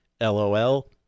LOL